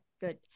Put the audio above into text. good